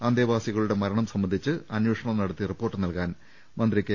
അന്തേവാസികളുടെ മരണം സംബന്ധിച്ച് അന്വേഷണം നടത്തി റിപ്പോർട്ട് നൽകാൻ മന്ത്രി കെ